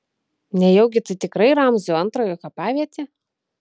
nejaugi tai tikrai ramzio antrojo kapavietė